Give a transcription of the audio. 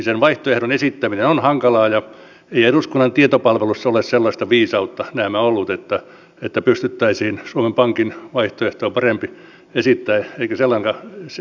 sen vaihtoehdon esittäminen on hankalaa ja ei eduskunnan tietopalvelussa ole sellaista viisautta näemmä ollut että pystyttäisiin suomen pankin vaihtoehtoa parempi esittämään